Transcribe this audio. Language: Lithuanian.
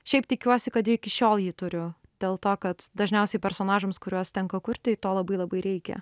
šiaip tikiuosi kad iki šiol jį turiu dėl to kad dažniausiai personažams kuriuos tenka kurti to labai labai reikia